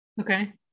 Okay